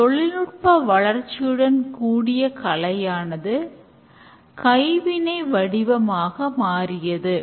product backlog என்ற சொல் software தேவைகள் தொடர்ச்சியாக சேமிக்கப்படுவதை குறிக்கிறது